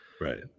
Right